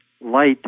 light